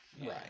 right